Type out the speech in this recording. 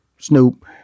Snoop